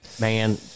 man